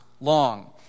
long